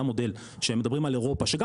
זה המודל שהם מדברים על האירופה שגם